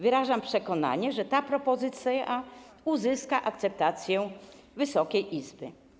Wyrażam przekonanie, że ta propozycja uzyska akceptację Wysokiej Izby.